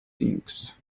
things